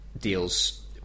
deals